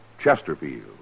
Chesterfield